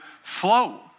flow